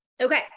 okay